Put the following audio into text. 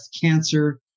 cancer